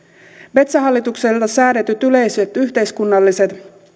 metsähallitukselle säädetyt yleiset yhteiskunnalliset